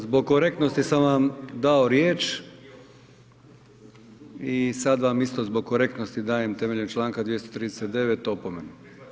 Zbog korektnosti sam vam dao riječ i sad vam isto zbog korektnosti dajem temeljem Članka 239. opomenu.